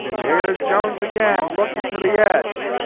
here's jones again, looking for the edge.